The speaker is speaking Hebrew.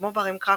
כמו בערים קרקוב,